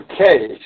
Okay